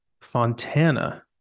Fontana